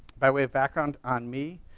by way of background on me,